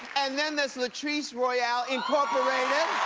and then, that's latrice royale, incorporated.